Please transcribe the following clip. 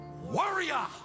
Warrior